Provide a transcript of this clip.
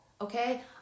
okay